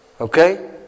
Okay